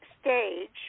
stage